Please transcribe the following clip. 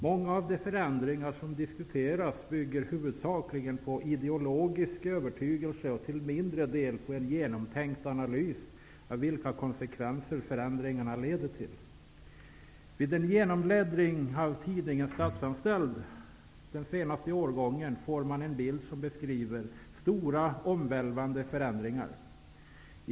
Många av de förändringar som diskuteras bygger huvudsakligen på ideologisk övertygelse och till en mindre del på en genomtänkt analys av vilka konsekvenser förändringarna leder till. Vid en genombläddring av den senaste årgången av tidningen Statsanställd får man en bild som beskriver stora omvälvande förändringar.